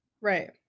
Right